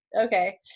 okay